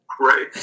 right